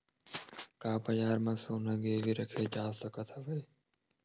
का बजार म सोना गिरवी रखे जा सकत हवय?